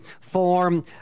form